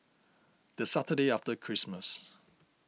the Saturday after Christmas